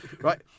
right